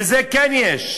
לזה כן יש,